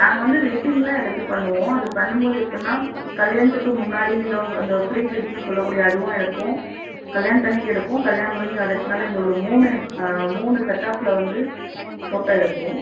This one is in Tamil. நாங்கள் வந்து வெட்டிங்கெலாம் எடுத்து பண்ணுவோம் அது பண்ணும்போது எப்புடின்னா கல்யாணத்துக்கு முன்னாடி இல்லை அந்த ப்ரீ வெட்டிங்ன்னு சொல்லக் கூடிய அதுவும் எடுப்போம் கல்யாணத்து அன்றைக்கி எடுப்போம் கல்யாணம் முடிஞ்சு அடுத்த நாள் இந்த ஒரு மூணு மூணு செட் ஆஃப்பில் வந்து ஃபோட்டோ எடுப்போம்